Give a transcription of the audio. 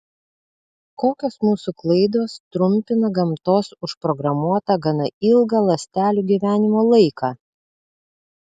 kokios mūsų klaidos trumpina gamtos užprogramuotą gana ilgą ląstelių gyvenimo laiką